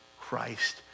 Christ